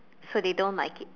so they don't like it